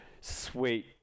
sweet